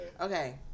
Okay